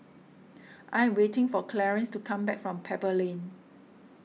I am waiting for Clarence to come back from Pebble Lane